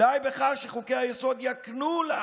"די בכך שחוקי-היסוד יקנו לה